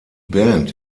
band